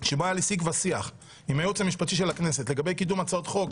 שבו היה לי שיג ושיח עם הייעוץ המשפטי של הכנסת לגבי קידום הצעות חוק